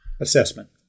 Assessment